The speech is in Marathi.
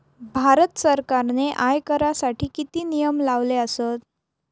भारत सरकारने आयकरासाठी किती नियम लावले आसत?